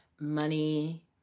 money